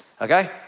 okay